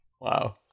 Wow